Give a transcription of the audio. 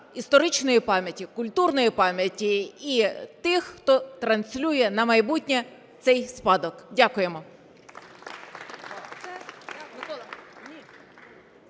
історичної пам'яті, культурної пам'яті і тих, хто транслює на майбутнє цей спадок. Дякуємо.